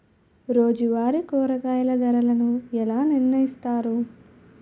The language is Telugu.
రోజువారి కూరగాయల ధరలను ఎలా నిర్ణయిస్తారు?